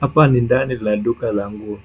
Hapa ni ndani la duka la nguo